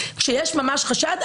כשיש ממש חשד,